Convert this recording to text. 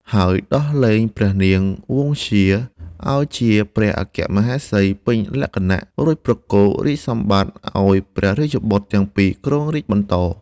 ហើយដោះលែងព្រះនាងវង្សធ្យាឱ្យជាព្រះអគ្គមហេសីពេញលក្ខណៈ រួចប្រគល់រាជសម្បត្តិឱ្យព្រះរាជបុត្រទាំងពីរគ្រងរាជ្យបន្ត។